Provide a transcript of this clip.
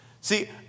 See